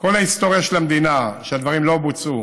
כל ההיסטוריה של המדינה, שהדברים לא בוצעו,